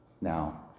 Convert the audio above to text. now